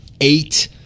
eight